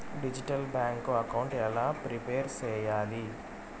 Digital bank account ఎలా prepare సెయ్యాలి?